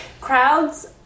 crowds